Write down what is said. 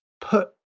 put